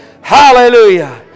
Hallelujah